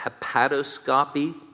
hepatoscopy